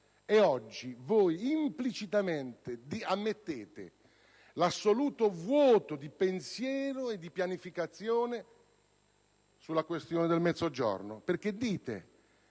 e oggi implicitamente ammettete l'assoluto vuoto di pensiero e di pianificazione sulla questione meridionale quando dite: